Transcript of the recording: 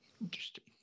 interesting